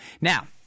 Now